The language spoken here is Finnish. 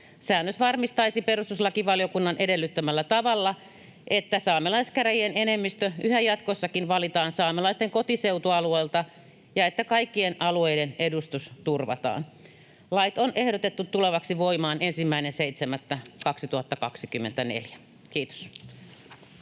Säännös varmistaisi perustuslakivaliokunnan edellyttämällä tavalla, että saamelaiskäräjien enemmistö yhä jatkossakin valitaan saamelaisten kotiseutualueelta ja että kaikkien alueiden edustus turvataan. Lait on ehdotettu tulevaksi voimaan 1.7.2024. — Kiitos.